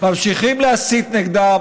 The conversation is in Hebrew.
ממשיכים להסית נגדם,